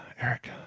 Eric